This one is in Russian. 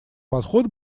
подход